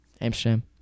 amsterdam